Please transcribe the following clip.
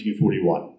1941